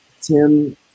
Tim